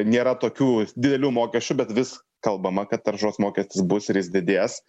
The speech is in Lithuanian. nėra tokių didelių mokesčių bet vis kalbama kad taršos mokestis bus ir jis didės